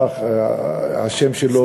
הפך השם שלו בנימין נתניהו,